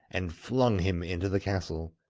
and flung him into the castle.